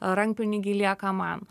rankpinigiai lieka man